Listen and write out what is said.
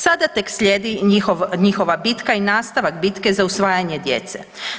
Sada tek slijedi njihova bitka i nastavak bitke za usvajanje djece.